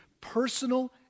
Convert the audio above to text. personal